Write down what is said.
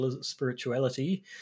spirituality